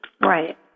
Right